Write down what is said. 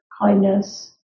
kindness